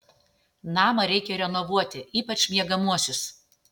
namą reikia renovuoti ypač miegamuosius